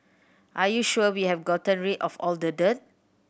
are you sure we have gotten rid of all the dirt